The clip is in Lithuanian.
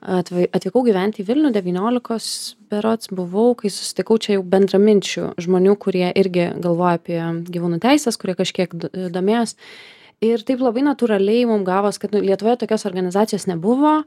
atv atvykau gyvent į vilnių devyniolikos berods buvau kai susitikau čia jau bendraminčių žmonių kurie irgi galvojo apie gyvūnų teises kurie kažkiek domėjos ir taip labai natūraliai mum gavos kad lietuvoj tokios organizacijos nebuvo